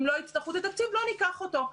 אם לא יצטרכו את התקציב לא ניקח אותו.